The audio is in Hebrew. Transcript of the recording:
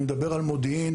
אני מדבר על מודיעין